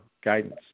guidance